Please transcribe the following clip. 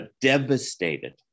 devastated